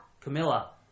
Camilla